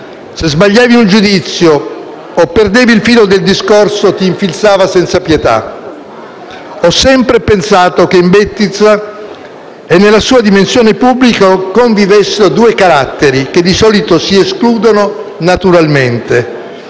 se sbagliavi un giudizio o perdevi il filo del discorso, ti infilzava senza pietà. Ho sempre pensato che in Bettiza e nella sua dimensione pubblica convivessero due caratteri che solitamente si escludono naturalmente: